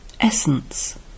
Essence